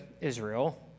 Israel